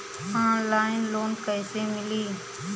Online loan कइसे मिली?